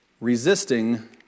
Resisting